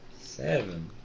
Seven